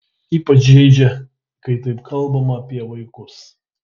ypač žeidžia kai taip kalbama apie vaikus